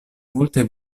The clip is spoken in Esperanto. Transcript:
multe